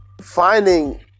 finding